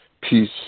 peace